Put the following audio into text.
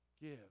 give